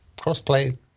cross-play